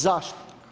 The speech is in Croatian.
Zašto.